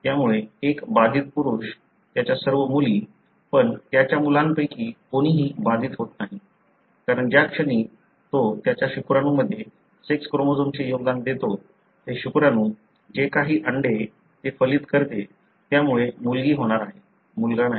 त्यामुळे एक बाधित पुरुष त्याच्या सर्व मुली पण त्याच्या मुलांपैकी कोणीही बाधित होत नाही कारण ज्या क्षणी तो त्याच्या शुक्राणूमध्ये सेक्स क्रोमोझोमचे योगदान देतो ते शुक्राणू जे काही अंडे ते फलित करते त्यामुळे मुलगी होणार आहे मुलगा नाही